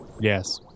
Yes